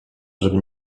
żeby